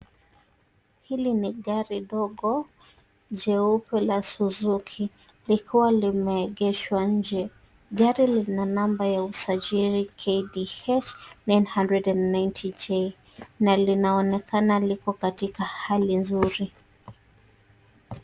Hili ni gari dogo jeupe la Suzuki, likiwa limeegeshwa nje. Gari lina namba ya usajili KDH 990J. Na linaonekana liko katika hali nzuri.